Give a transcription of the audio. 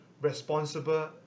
responsible